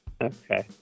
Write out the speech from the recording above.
Okay